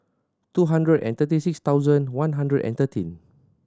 two hundred and thirty six thousand one hundred and thirteen